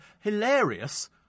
hilarious